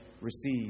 receive